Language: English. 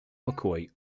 mccoy